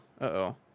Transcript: uh-oh